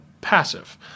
passive